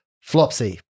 Flopsy